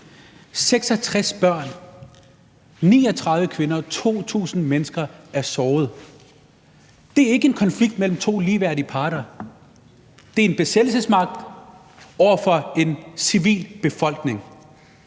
66 børn og 39 kvinder – og 2.000 mennesker er såret. Det er ikke en konflikt mellem to ligeværdige parter. Det er en besættelsesmagt over for en civilbefolkning.